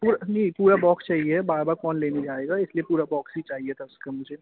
पूरा नहीं पूरा बॉक्स चाहिए बार बार कौन लेने जाएगा इसलिए पूरा बॉक्स ही चाहिए था उसका मुझे